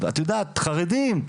חרדים,